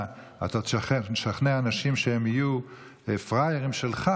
אתה תשכנע אנשים שהם יהיו פראיירים שלך,